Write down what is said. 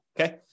Okay